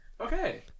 okay